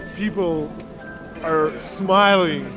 people are smiling,